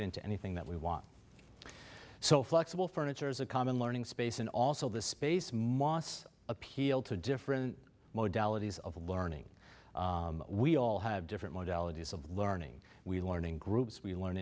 it into anything that we want so flexible furniture is a common learning space and also the space moss appeal to different modes allergies of learning we all have different modalities of learning we learning groups we learn